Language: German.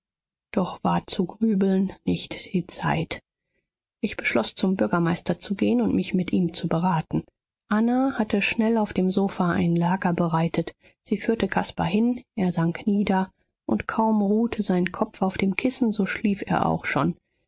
doch war zu grübeln nicht die zeit ich beschloß zum bürgermeister zu gehen und mich mit ihm zu beraten anna hatte schnell auf dem sofa ein lager bereitet sie führte caspar hin er sank nieder und kaum ruhte sein kopf auf dem kissen so schlief er auch schon